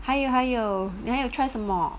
还有还有还有 try 什么